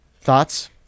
Thoughts